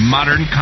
Modern